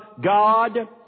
God